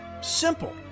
Simple